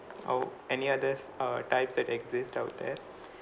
or any others uh types that exist out there